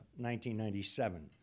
1997